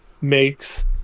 makes